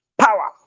Power